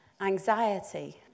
Anxiety